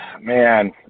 Man